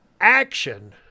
action